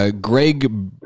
Greg